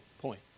point